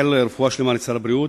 אני מאחל רפואה שלמה לשר הבריאות,